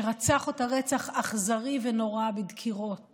שרצח אותה רצח אכזרי ונורא בדקירות